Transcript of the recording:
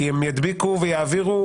כי הם ידביקו ויעבירו,